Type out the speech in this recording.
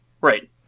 Right